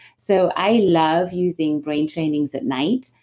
so, i love using brain trainings at night,